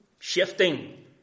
shifting